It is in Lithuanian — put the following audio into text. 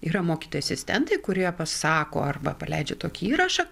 yra mokyti asistentai kurie pasako arba paleidžia tokį įrašą